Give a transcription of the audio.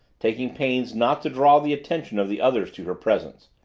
taking pains not to draw the attention of the others to her presence.